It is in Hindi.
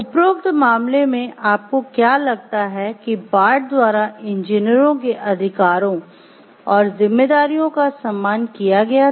उपरोक्त मामले में आपको क्या लगता है कि बार्ट द्वारा इंजीनियरों के अधिकारों का सम्मान किया गया था